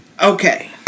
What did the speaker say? Okay